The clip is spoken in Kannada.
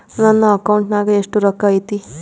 ನನ್ನ ಅಕೌಂಟ್ ನಾಗ ಎಷ್ಟು ರೊಕ್ಕ ಐತಿ?